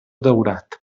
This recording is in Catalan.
daurat